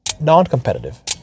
non-competitive